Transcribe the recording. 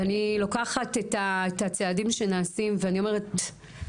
ואני לוקחת את הצעדים שנעשים ואני אומרת,